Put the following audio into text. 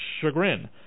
chagrin